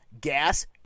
Gas